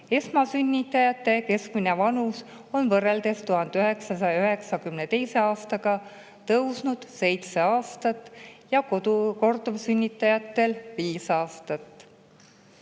Esmasünnitajate keskmine vanus on võrreldes 1992. aastaga tõusnud seitsme aasta võrra ja korduvsünnitajatel viie aasta